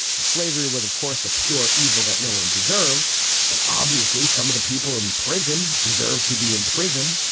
slavery was of course a pure evil that no one deserves but obviously some of the people in prison deserve to be in prison.